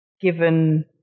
given